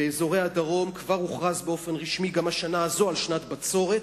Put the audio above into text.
באזורי הדרום כבר הוכרז באופן רשמי גם השנה הזאת על שנת בצורת.